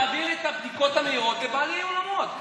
תעביר את הבדיקות המהירות לבעלי האולמות.